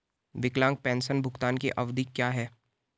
विकलांग पेंशन भुगतान की अवधि क्या है?